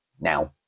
now